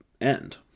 end